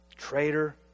traitor